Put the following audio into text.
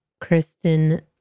Kristen